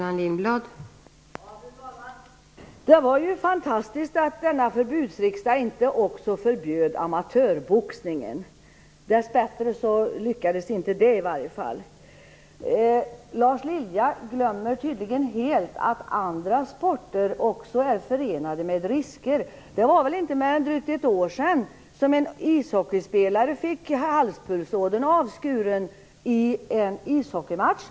Fru talman! Det var ju fantastiskt att denna förbudsriksdag inte också förbjöd amatörboxningen. Dessbättre lyckades man inte med det i alla fall. Lars Lilja glömmer tydligen helt att andra sporter också är förenade med risker. Det var väl inte mer än drygt ett år sedan en ishockeyspelare fick halspulsådern avskuren i en ishockeymatch.